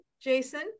Jason